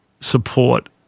support